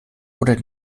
oder